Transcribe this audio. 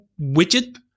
widget